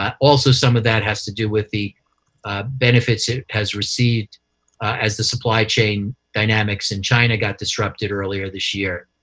um also, some of that has to do with the benefits it has received as the supply chain dynamics in china got disrupted earlier this year.